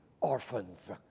orphans